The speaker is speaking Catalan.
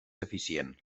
eficient